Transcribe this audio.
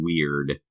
weird